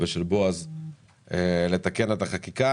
ושל בועז לתקן את החקיקה.